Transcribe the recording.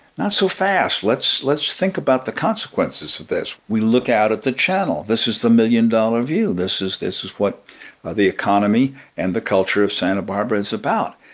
not so fast, let's let's think about the consequences of this. we look out at the channel. this is the million dollar view. this is this is what ah the economy and the culture of santa barbara is about,